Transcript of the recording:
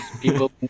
people